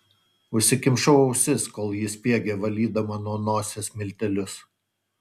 užsikimšau ausis kol ji spiegė valydama nuo nosies miltelius